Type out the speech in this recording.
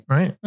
Right